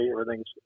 everything's